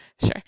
Sure